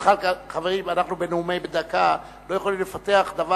חברים, בנאום בן דקה אנחנו לא יכולים לפתח דבר.